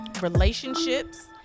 relationships